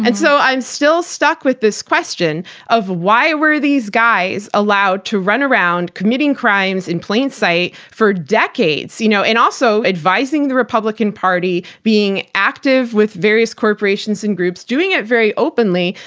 and so i'm still stuck with this question of why were these guys allowed to run around, committing crimes in plain sight, for decades, you know and also advising the republican party, being active with various corporations and groups, doing it very openly,